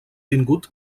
tingut